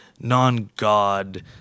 Non-god